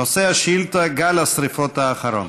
נושא השאילתה: גל השרפות האחרון.